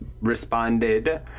responded